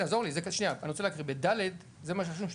אורלי, אני רוצה להקריא, ב-(ד) זה מה שרשום שם.